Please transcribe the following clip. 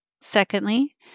Secondly